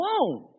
alone